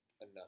enough